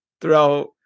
throughout